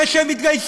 לפני שהם התגייסו,